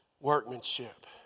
Workmanship